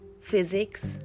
physics